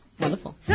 Wonderful